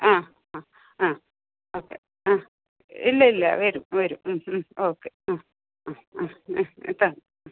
ആ ആ ആ ഓക്കെ ആ ഇല്ലില്ല വരും വരും ഓക്കെ ആ ആ ആ ആ എത്താം